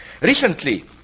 Recently